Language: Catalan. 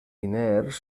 diners